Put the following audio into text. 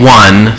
one